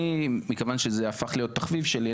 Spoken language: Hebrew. מכיוון שזה הפך להיות תחביב שלי,